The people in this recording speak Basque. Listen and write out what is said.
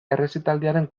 errezitaldiaren